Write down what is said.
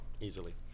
Easily